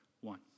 one